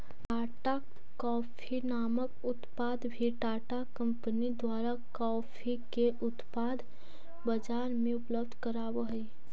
Tata coffee नामक उत्पाद भी टाटा कंपनी द्वारा कॉफी के उत्पाद बजार में उपलब्ध कराब हई